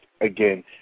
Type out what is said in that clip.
again